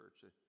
Church